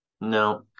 No